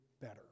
better